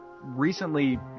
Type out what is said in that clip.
recently